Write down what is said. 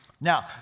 Now